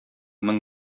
мең